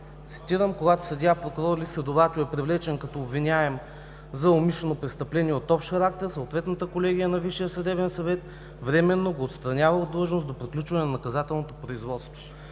цитирам: „Когато съдия, прокурор или следовател, привлечен като обвиняем за умишлено престъпление от общ характер съответната колегия на Висшия съдебен съвет временно го отстранява от длъжност до приключване на наказателното производство.“